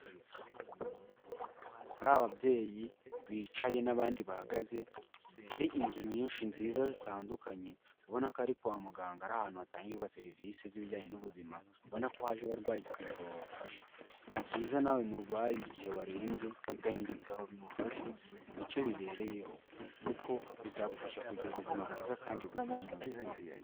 Ahantu hari ababyeyi bicaye n'abandi bahagaze, hari inzu nyinshi nziza zitandukanye, ubona ko ari kwa muganga ari ahantu hatangirwa serivisi z'ibijyanye n'ubuzima, ubona ko haje abarwayi kugira ngo babafashe. Ni byiza nawe murwayi igihe warembye, gana ibitaro bigufashe ni cyo bibereyeho, kuko bizagufasha kugira ubuzima bwiza kandi buzira umuze.